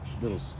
little